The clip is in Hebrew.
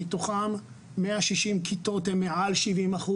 מתוכן 150 כיתות הן מעל 70%